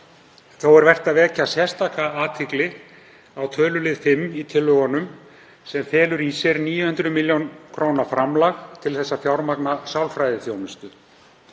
Þó er vert að vekja sérstaka athygli á tölulið 5 í tillögunum sem felur í sér 900 millj. kr. framlag til þess að fjármagna sálfræðiþjónustu.